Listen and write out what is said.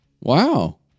Wow